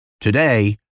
Today